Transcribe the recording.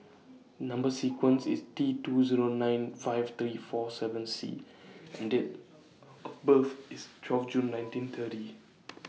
Number sequence IS T two Zero nine five three four seven C and Date of of birth IS twelve June nineteen thirty